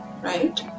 right